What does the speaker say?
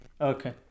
Okay